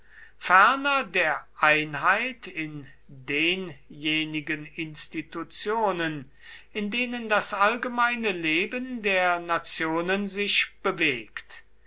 ferner der einheit in denjenigen institutionen in denen das allgemeine leben der nationen sich bewegt